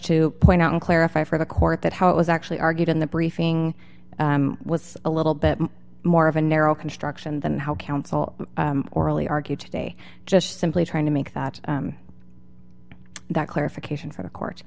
to point out in clarify for the court that how it was actually argued in the briefing was a little bit more of a narrow construction than how counsel orally argued today just simply trying to make that clarification for the court